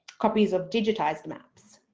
copies, of digitized maps.